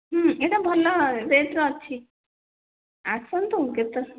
ଏଇଟା ଭଲ ରେଟ୍ର ଅଛି ଆସନ୍ତୁ କେତେ